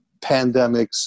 pandemics